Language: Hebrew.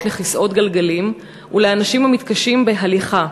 לכיסאות גלגלים ולאנשים המתקשים בהליכה.